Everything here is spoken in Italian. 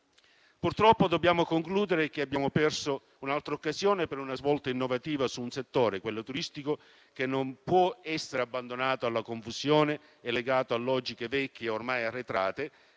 Purtroppo dobbiamo concludere che abbiamo perso un'altra occasione per una svolta innovativa su un settore, come quello turistico, che non può essere abbandonato alla confusione e legato a logiche vecchie ormai arretrate,